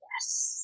Yes